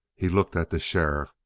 he looked at the sheriff,